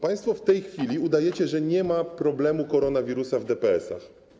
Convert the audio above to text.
Państwo w tej chwili udajecie, że nie ma problemu koronawirusa w DPS-ach.